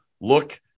look